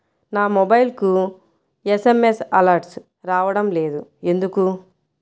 నా మొబైల్కు SMS alerts రావడం లేదు ఎందుకు?